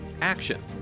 action